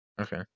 Okay